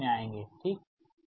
हम बाद में आएँगे ठीक